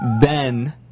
Ben